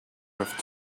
have